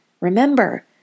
Remember